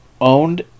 owned